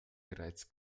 bereits